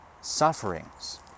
sufferings